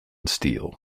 steel